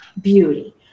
Beauty